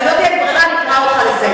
אבל אם לא תהיה ברירה אני אקרא אותך לסדר.